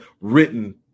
written